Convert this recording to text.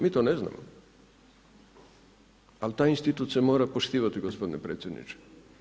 Mi to ne znamo, ali taj institut se mora poštovati gospodine predsjedniče.